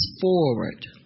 forward